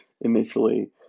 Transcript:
initially